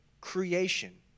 creation